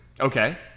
Okay